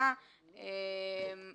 או